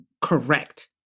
correct